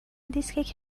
دیسک